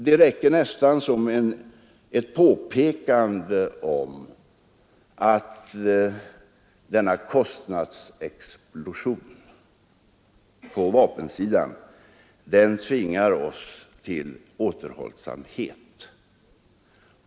Det räcker nästan som ett påpekande om att kostnadsexplosionen på vapensidan tvingar oss till återhållsamhet.